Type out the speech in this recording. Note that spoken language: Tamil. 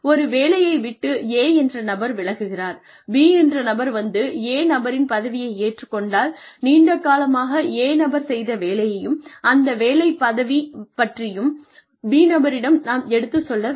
ஒரு வேலையை விட்டு A என்ற நபர் விலகுகிறார் B என்ற நபர் வந்து A நபரின் பதவியை ஏற்றுக் கொண்டால் நீண்ட காலமாக A நபர் செய்த வேலையையும் அந்த வேலைப் பதவி பற்றியும் B நபரிடம் நாம் எடுத்துச் சொல்ல வேண்டும்